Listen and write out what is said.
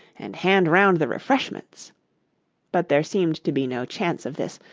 and hand round the refreshments but there seemed to be no chance of this,